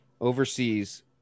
overseas